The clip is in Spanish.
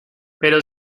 pero